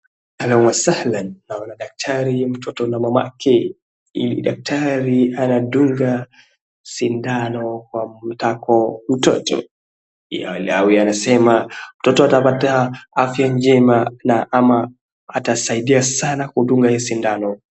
Ahlan wa sahlan, naona daktari, mtoto na mamake. Daktari anadunga sindano kwa matako ya mtoto, anasema mtoto atapata afya njema na ama atasaidia sana kudunga hii sindano